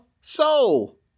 soul